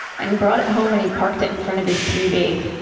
and he brought it home, and he parked it in front of his tv.